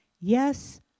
yes